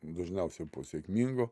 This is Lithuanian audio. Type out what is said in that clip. dažniausiai po sėkmingo